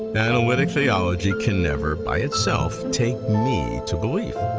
analytic theology can never, by itself, take me to belief,